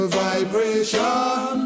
vibration